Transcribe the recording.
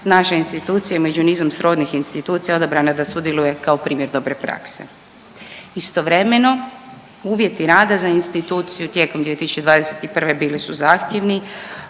naša institucija među nizom srodnih institucija odabrana je da sudjeluje kao primjer dobre prakse. Istovremeno, uvjeti rada za instituciju tijekom 2021. bili su zahtjevni,